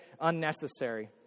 unnecessary